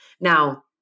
Now